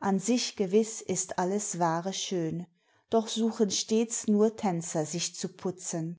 an sich gewiss ist alles wahre schön doch suchen stets nur tänzer sich zu putzen